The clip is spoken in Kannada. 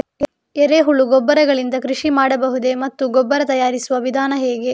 ಎರೆಹುಳು ಗೊಬ್ಬರ ಗಳಿಂದ ಕೃಷಿ ಮಾಡಬಹುದೇ ಮತ್ತು ಗೊಬ್ಬರ ತಯಾರಿಸುವ ವಿಧಾನ ಹೇಗೆ?